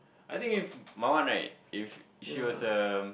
I think if my one right is she was a